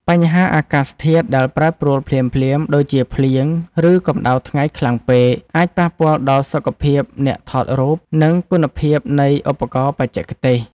បញ្ហាអាកាសធាតុដែលប្រែប្រួលភ្លាមៗ ដូចជាភ្លៀង ឬកម្ដៅថ្ងៃខ្លាំងពេក អាចប៉ះពាល់ដល់សុខភាពអ្នកថតរូប និងគុណភាពនៃឧបករណ៍បច្ចេកទេស។